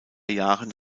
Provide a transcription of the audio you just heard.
jahren